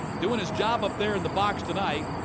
doing his job up there in the box tonight.